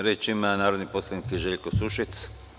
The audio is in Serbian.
Reč ima narodni poslanik Željko Sušec.